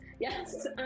Yes